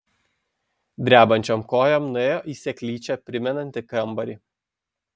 drebančiom kojom nuėjo į seklyčią primenantį kambarį